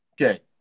Okay